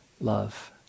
love